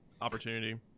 opportunity